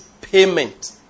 payment